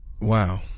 Wow